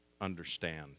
understand